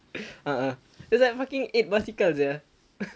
ah that's like fucking eight bicycle sia